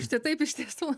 štai taip iš tiesų